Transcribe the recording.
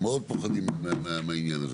מאוד פוחדים מהעניין הזה,